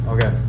Okay